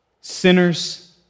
sinners